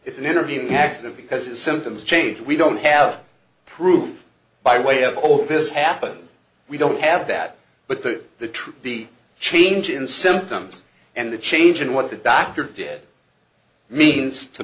it's an intervening accident because it's symptoms change we don't have proof by way of all this happened we don't have that but the truth the change in symptoms and the change in what the doctor did means to